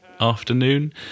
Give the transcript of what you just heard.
afternoon